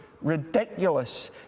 ridiculous